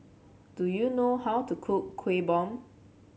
do you know how to cook Kueh Bom